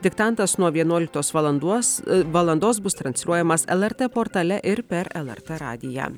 diktantas nuo vienuoliktos valandos valandos bus transliuojamas lrt portale ir per lrt radiją